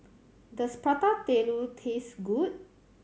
does Prata Telur taste good